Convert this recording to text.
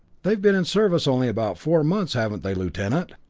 they've been in service only about four months, haven't they, lieutenant?